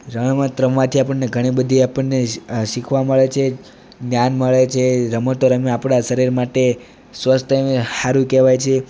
રમત રમવાથી આપણને ઘણીબધી આપણને શ શીખવા મળે છે જ્ઞાન મળે છે રમતો રમી આપળા શરીર માટે સ્વસ્થ અને સારું કહેવાય છે